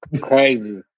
Crazy